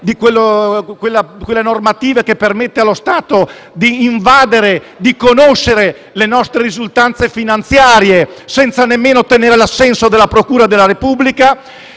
quella normativa che permette allo Stato di invadere, di conoscere le nostre risultanze finanziarie senza nemmeno ottenere l'assenso della procura della Repubblica,